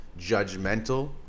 judgmental